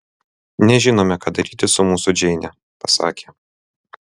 nežinome ką daryti su mūsų džeine pasakė